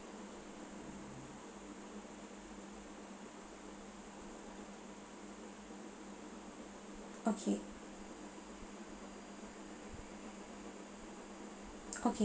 okay